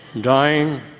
Dying